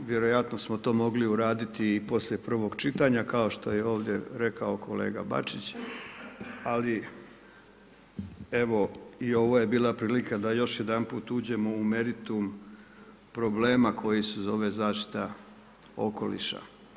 Vjerojatno smo to mogli uraditi i poslije prvog čitanja kao što je ovdje rekao kolega Bačić, ali evo i ovo je bila prilika da još jedanput uđemo u meritum problema koji se zove zaštita okoliša.